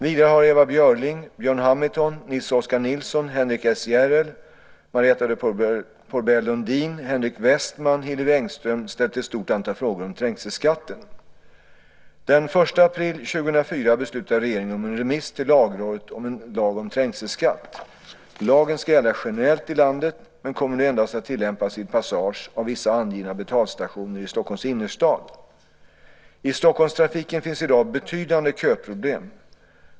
Vidare har Ewa Björling, Björn Hamilton, Nils Oskar Nilsson, Henrik S Järrel, Marietta de Pourbaix-Lundin, Henrik Westman och Hillevi Engström ställt ett stort antal frågor om trängselskatten. Den 1 april 2004 beslutade regeringen om en remiss till Lagrådet om en lag om trängselskatt. Lagen ska gälla generellt i landet, men kommer nu endast att tillämpas vid passage av vissa angivna betalstationer i Stockholms innerstad. I Stockholmstrafiken finns i dag betydande köproblem.